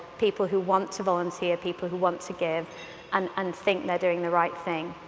people who want to volunteer, people who want to give and and think they're doing the right thing.